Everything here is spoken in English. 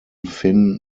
finn